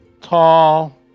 tall